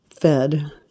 fed